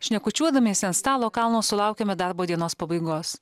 šnekučiuodamiesi ant stalo kalno sulaukiame darbo dienos pabaigos